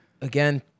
again